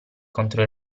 contro